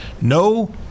no